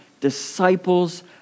disciples